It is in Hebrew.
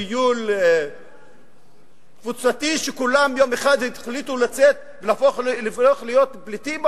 טיול קבוצתי שכולם יום אחד החליטו לצאת ולהפוך להיות פליטים בעולם?